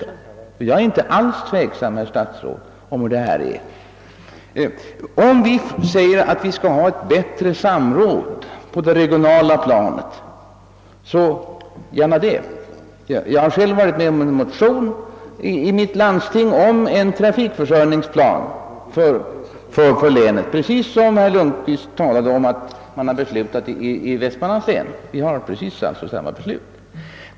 Jag är, herr statsråd, inte alls tveksam om hur det här ligger till. Låt oss gärna ha ett samråd på det regionala planet. Jag har själv varit med om att underteckna en motion i mitt landsting angående trafikförsörjningsplan för länet. Vi har fattat precis samma beslut som herr statsrådet sade att man fattat i Västmanlands län.